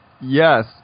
Yes